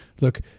Look